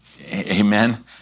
Amen